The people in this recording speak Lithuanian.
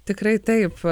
tikrai taip